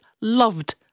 loved